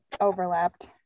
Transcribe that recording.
overlapped